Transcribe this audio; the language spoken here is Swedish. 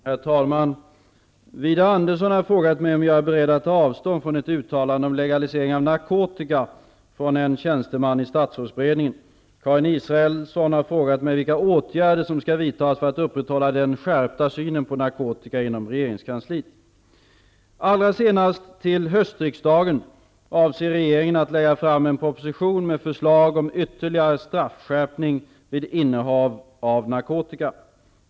Herr talman! Widar Andersson har frågat mig om jag är beredd att ta avstånd från ett uttalande om legalisering av narkotika från en tjänsteman i statsrådsberedningen. Karin Israelsson har frågat mig vilka åtgärder som skall vidtas för att upprätthålla den skärpta synen på narkotika inom regeringskansliet. Allra senast till höstriksdagen avser regeringen att lägga fram en proposition med förslag om ytterligare straffskärpning vid innehav av narkotika.